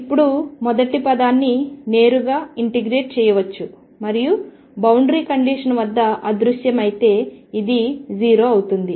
ఇప్పుడు మొదటి పదాన్ని నేరుగా ఇంటిగ్రేట్ చేయవచ్చు మరియు బౌండరీ కండిషన్ వద్ద అదృశ్యమైతే ఇది 0 అవుతుంది